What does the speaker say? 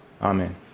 Amen